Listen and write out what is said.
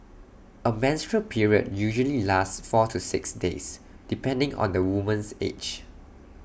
A menstrual period usually lasts four to six days depending on the woman's age